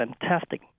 fantastic